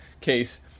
case